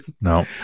No